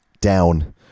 down